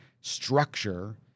structure